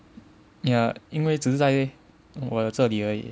ya 因为只是在我的这里而已